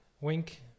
Wink